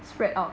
spread out